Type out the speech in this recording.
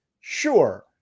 Sure